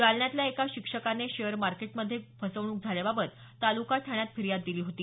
जालन्यातल्या एका शिक्षकाने शेअर मार्केटमध्ये फसवणूक झाल्याबाबत तालुका ठाण्यात फिर्याद दिली होती